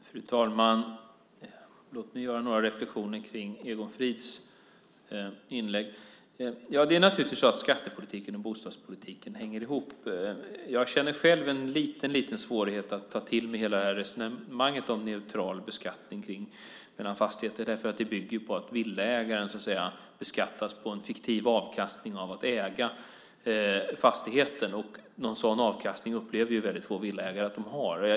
Fru talman! Låt mig göra några reflexioner kring Egon Frids inlägg. Det är naturligtvis så att skattepolitiken och bostadspolitiken hänger ihop. Jag känner själv en liten svårighet att ta till mig hela resonemanget om neutral beskattning av fastigheter. Det bygger på att villaägaren beskattas på en fiktiv avkastning av att äga fastigheten. Någon sådan avkastning upplever väldigt få villaägare att de har.